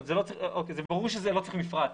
ברור שלא צריך מפרט.